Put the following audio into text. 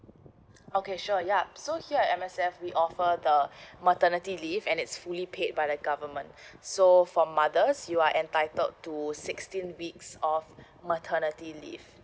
okay sure yup so here in M_S_F we offer the maternity leave and it's fully paid by the government so for mothers you are entitled to sixteen weeks of maternity leave